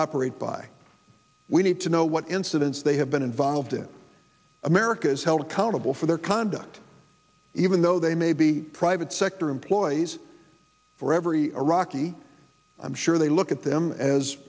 operate by we need to know what incidents they have been involved in america is held accountable for their conduct even though they may be private sector employees for every iraqi i'm sure they look at them as